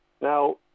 Now